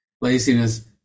laziness